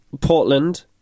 Portland